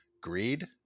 greed